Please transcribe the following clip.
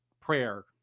prayer